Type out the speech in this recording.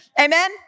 Amen